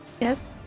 Yes